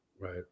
Right